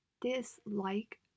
dislike